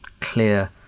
clear